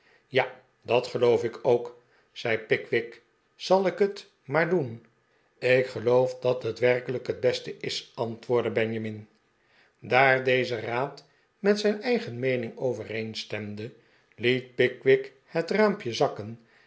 ja dat geloof ik ook zei pickwick zal ik het maar doen ik geloof dat het werkelijk het beste is antwoordde benjamin daar deze raad met zijn eigen meening overeenstemde lie't pickwick het raampje zakken